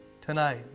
Tonight